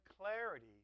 clarity